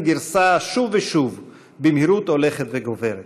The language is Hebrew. גרסה שוב ושוב במהירות הולכת וגוברת.